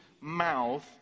mouth